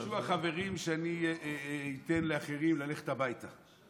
ביקשו החברים שאני אתן לאחרים ללכת הביתה,